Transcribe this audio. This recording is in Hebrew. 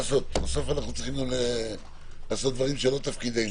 בסוף אנחנו צריכים לעשות דברים שלא מתפקידנו.